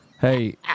Hey